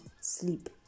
sleep